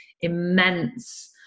immense